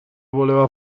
voleva